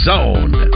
Zone